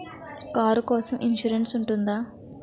Car కోసం insurance ఉంటుందా?